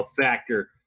factor